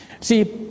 See